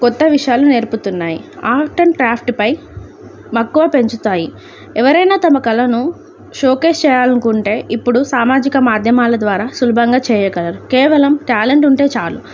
కొత్త విషయాలు నేర్పుతున్నాయి ఆర్ట్ అండ్ క్రాఫ్ట్పై మక్కువ పెంచుతాయి ఎవరైనా తమ కళలను షోకేస్ చేయాలనుకుంటే ఇప్పుడు సామాజిక మాధ్యమాల ద్వారా సులభంగా చేయగలరు కేవలం ట్యాలెంట్ ఉంటే చాలు